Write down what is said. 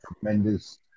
tremendous